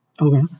Okay